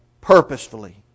purposefully